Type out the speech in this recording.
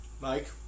Mike